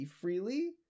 Freely